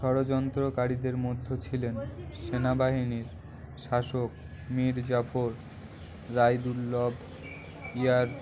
ষড়যন্ত্রকারীদের মধ্য ছিলেন সেনাবাহিনীর শাসক মীরজাফর রায়দুর্ল্ভ ইয়ার